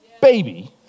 baby